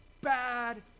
bad